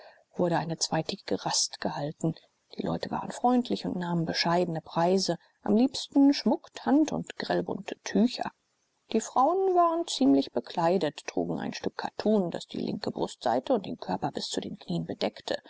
wurde eine zweitägige rast gehalten die leute waren freundlich und nahmen bescheidene preise am liebsten schmucktand und grellbunte tücher die frauen waren ziemlich bekleidet trugen ein stück kattun das die linke brustseite und den körper bis zu den knien bedeckte